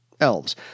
elves